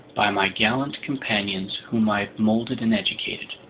by my gallant companions whom i've molded and educated.